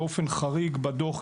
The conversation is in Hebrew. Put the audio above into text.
באופן חריג בדוח,